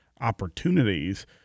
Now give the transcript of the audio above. opportunities